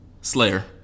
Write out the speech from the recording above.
Slayer